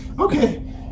Okay